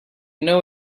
know